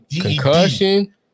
concussion